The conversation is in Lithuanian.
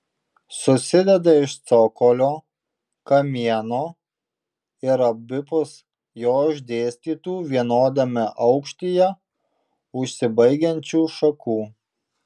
susideda iš cokolio kamieno ir abipus jo išdėstytų vienodame aukštyje užsibaigiančių šakų